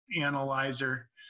analyzer